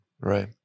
Right